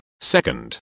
Second